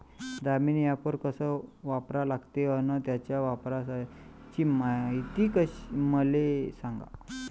Damini app कस वापरा लागते? अन त्याच्या वापराची मायती मले सांगा